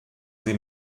sie